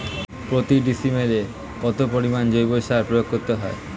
প্রতি ডিসিমেলে কত পরিমাণ জৈব সার প্রয়োগ করতে হয়?